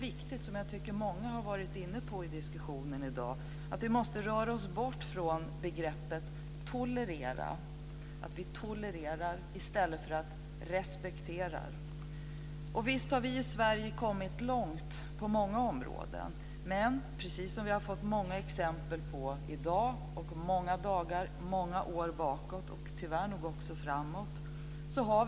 Vi måste röra oss bort från begreppet tolerera, dvs. att tolerera i stället för att respektera. Det är viktigt, och det har många varit inne på i dag. Visst har vi i Sverige kommit långt på många områden. Men precis som vi har fått många exempel på i dag och många dagar många år bakåt i tiden, och tyvärr nog också framåt, har vi problem.